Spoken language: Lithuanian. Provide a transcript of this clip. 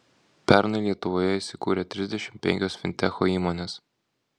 pernai lietuvoje įsikūrė trisdešimt penkios fintecho įmonės